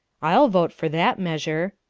i'll vote for that measure.